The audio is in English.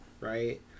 right